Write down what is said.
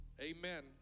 Amen